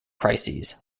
crises